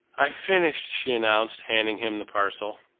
i've finished, she announced, handing him the parcel.